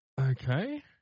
Okay